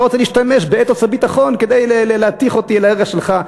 אתה רוצה להשתמש באתוס הביטחון כדי להתיך אותי אל העֵבר שלך.